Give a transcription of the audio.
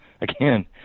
again